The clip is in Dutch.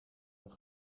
een